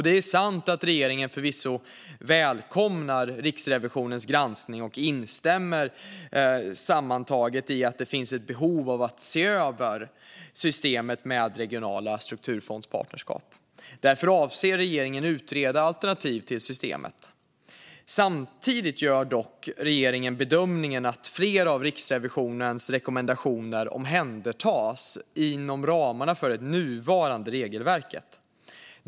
Det är sant att regeringen välkomnar Riksrevisionens granskning och sammantaget instämmer i att det finns ett behov av att se över systemet med regionala strukturfondspartnerskap samt avser att utreda alternativ till systemet. Samtidigt gör dock regeringen bedömningen att flera av Riksrevisionens rekommendationer omhändertas inom ramarna för ett nuvarande regelverk.